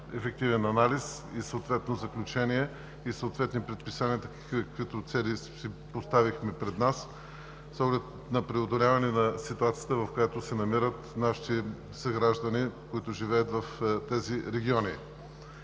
ефективен анализ и съответни заключения, съответни предписания – такива, каквито цели си поставихме, с оглед преодоляване ситуацията, в която се намират нашите съграждани, живеещи в тези региони.